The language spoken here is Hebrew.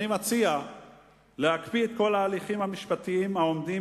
אני מציע להקפיא את כל ההליכים המשפטיים העומדים